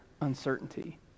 uncertainty